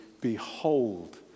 behold